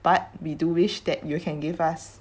but we do wish that you can give us